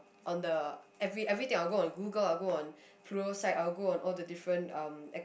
on the every everything I'll go on Google I'll go on Prosite I'll go on all the different um